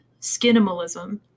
skinimalism